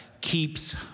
keeps